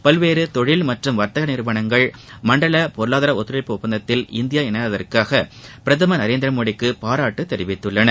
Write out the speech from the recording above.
பல்வேறு தொழில் மற்றும் வர்த்தக நிறுவனங்கள் மண்டல பொருளாதார ஒத்துழைப்பு ஒப்பந்த்தத்தில் இந்தியா இணையாததற்காக பிரதமர் நரேந்திரமோடிக்கு பாராட்டு தெரிவித்துள்ளனர்